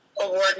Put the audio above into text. award